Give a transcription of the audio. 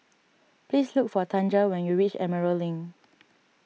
please look for Tanja when you reach Emerald Link